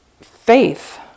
faith